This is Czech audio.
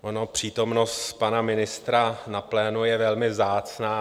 Ona přítomnost pana ministra na plénu je velmi vzácná.